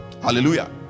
hallelujah